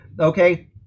okay